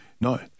no